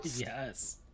Yes